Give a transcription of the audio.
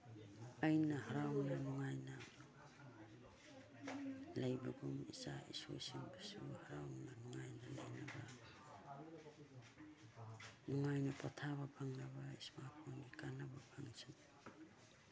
ꯑꯩꯅ ꯍꯔꯥꯎꯅ ꯅꯨꯡꯉꯥꯏꯅ ꯂꯩꯕꯒꯨꯝ ꯏꯆꯥ ꯏꯁꯨꯁꯤꯡꯗꯁꯨ ꯍꯔꯥꯎꯅ ꯅꯨꯡꯉꯥꯏꯅ ꯂꯩꯅꯕ ꯅꯨꯡꯉꯥꯏꯅ ꯄꯣꯊꯥꯕ ꯐꯪꯍꯟꯕ ꯏꯁꯃꯥꯔꯠ ꯐꯣꯟꯒꯤ ꯀꯥꯟꯅꯕ ꯐꯪꯁꯅꯨ